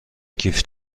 کیف